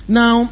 now